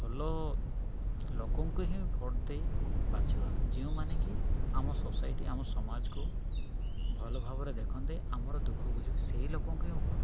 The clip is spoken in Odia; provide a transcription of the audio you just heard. ଭଲ ଲୋକଙ୍କୁ ହିଁ ଭୋଟ ଦେଇ ବାଛିବା ଯେଉଁମାନେ କି ଆମ ସୋସାଇଟି ଆମ ସମାଜକୁ ଭଲ ଭାବରେ ଦେଖନ୍ତ ଆମର ଦୁଃଖ ବୁଝିବ ସେଇ ଲୋକଙ୍କୁ ହିଁ ଭୋଟ୍ ଦେବା